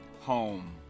home